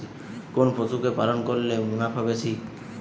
কোন পশু কে পালন করলে মুনাফা বেশি?